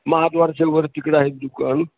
महाद्वाराच्यावर तिकडं आहेत दुकान